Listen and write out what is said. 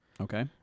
Okay